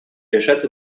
решать